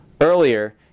earlier